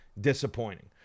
disappointing